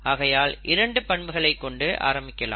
ஆகையால் இரண்டு பண்புகளை கொண்டு ஆரம்பிக்கலாம்